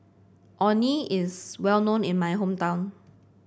Orh Nee is well known in my hometown